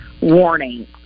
warning